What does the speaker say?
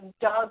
Doug